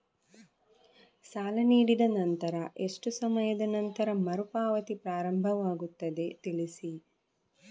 ಸಾಲ ನೀಡಿದ ನಂತರ ಎಷ್ಟು ಸಮಯದ ನಂತರ ಮರುಪಾವತಿ ಪ್ರಾರಂಭವಾಗುತ್ತದೆ ತಿಳಿಸಿ?